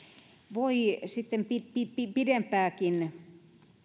voi sitten pidempääkin